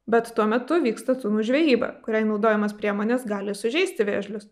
bet tuo metu vyksta tunų žvejyba kuriai naudojamas priemonės gali sužeisti vėžlius